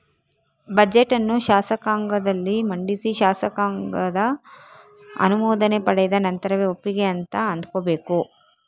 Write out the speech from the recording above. budget ಅನ್ನು ಶಾಸಕಾಂಗದಲ್ಲಿ ಮಂಡಿಸಿ ಶಾಸಕಾಂಗದ ಅನುಮೋದನೆ ಪಡೆದ ನಂತರವೇ ಒಪ್ಪಿಗೆ ಅಂತ ಅಂದ್ಕೋಬೇಕು